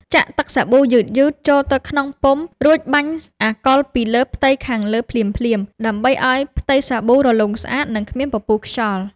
ចាក់ទឹកសាប៊ូយឺតៗចូលក្នុងពុម្ព រួចបាញ់អាកុលពីលើផ្ទៃខាងលើភ្លាមៗដើម្បីឱ្យផ្ទៃសាប៊ូរលោងស្អាត និងគ្មានពពុះខ្យល់។